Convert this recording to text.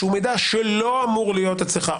שהוא מידע שלא אמור להיות אצלך,